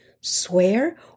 swear